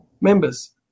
members